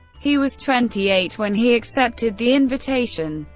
he was twenty eight when he accepted the invitation,